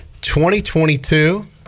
2022